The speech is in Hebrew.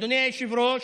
אדוני היושב-ראש,